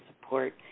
support